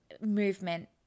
movement